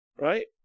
right